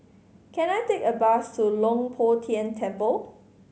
can I take a bus to Leng Poh Tian Temple